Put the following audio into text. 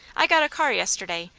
i got a car yesterday,